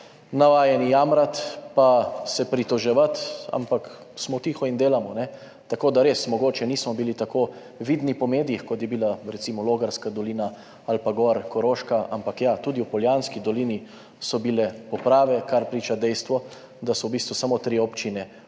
navajeni jamrati pa se pritoževati, ampak smo tiho in delamo, tako da res mogoče nismo bili tako vidni po medijih, kot je bila recimo Logarska dolina ali pa gori Koroška, ampak ja, tudi v Poljanski dolini so bile poplave, o čemer priča dejstvo, da so v bistvu samo tri občine dobile